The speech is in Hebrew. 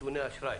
נתוני אשראי.